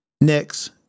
Next